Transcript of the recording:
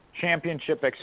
championship